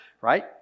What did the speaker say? right